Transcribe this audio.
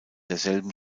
derselben